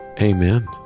Amen